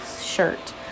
shirt